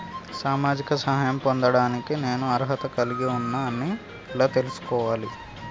సామాజిక సహాయం పొందడానికి నేను అర్హత కలిగి ఉన్న అని ఎలా తెలుసుకోవాలి?